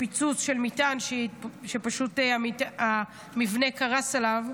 בפיצוץ של מטען, פשוט המבנה קרס עליו,